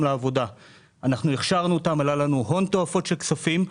לעבודה; זה עלה לנו הון תועפות של כספים.